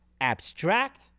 abstract